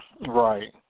Right